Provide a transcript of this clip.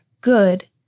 good